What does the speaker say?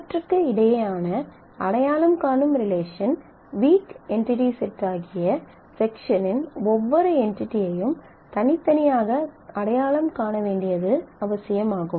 அவற்றுக்கு இடையேயான அடையாளம் காணும் ரிலேஷன் வீக் என்டிடி செட்டாகிய செக்ஷனின் ஒவ்வொரு என்டிடியையும் தனித்தனியாக அடையாளம் காண வேண்டியது அவசியம் ஆகும்